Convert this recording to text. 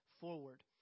forward